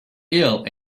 ill